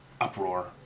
uproar